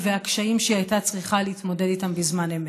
והקשיים שהיא הייתה צריכה להתמודד איתם בזמן אמת.